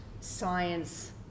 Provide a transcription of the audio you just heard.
science